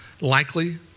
likely